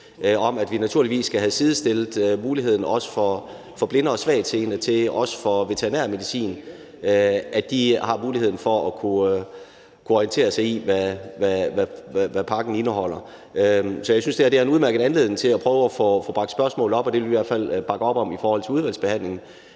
om, at vi naturligvis skal have sidestillet det, så blinde og svagtseende har muligheden for også i forhold til veterinærmedicin at kunne orientere sig om, hvad medicinpakningen indeholder. Så jeg synes, det her er en udmærket anledning til at prøve at få bragt spørgsmålet op, og det vil vi i hvert fald bakke op om i udvalgsbehandlingen